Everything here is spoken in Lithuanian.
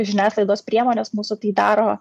žiniasklaidos priemonės mūsų tai daro